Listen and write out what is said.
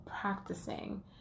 practicing